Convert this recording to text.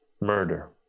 murder